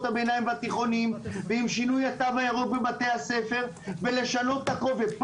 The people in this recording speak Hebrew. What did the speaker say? הביניים והתיכונים ועם שינוי התו הירוק בבתי הספר ולשנות את הקובץ.